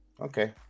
okay